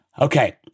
Okay